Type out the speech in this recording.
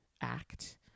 act